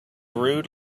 rude